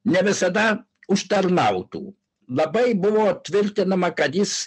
ne visada užtarnautų labai buvo tvirtinama kad jis